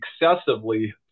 excessively